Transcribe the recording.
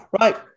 right